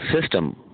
system